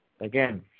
Again